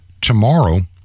tomorrow